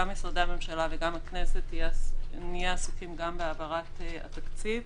גם משרדי הממשלה וגם הכנסת נהיה עסוקים גם בהעברת התקציב,